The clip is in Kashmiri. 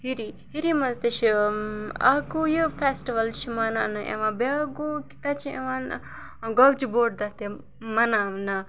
ہِری ہِری منٛز تہِ چھِ اَکھ گوٚو یہِ فیسٹِوَل چھِ مَناونہٕ یِوان بیٛاکھ گوٚو کہِ تَتہِ چھِ یِوان گۄگجہِ بوٚڑ دۄہ تہِ مَناونہٕ